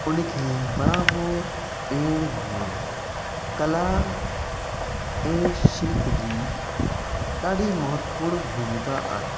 उन खे बढ़ावो ॾियण में कला ऐं शिल्प जी ॾाढी महत्वपूर्ण भूमिका आहे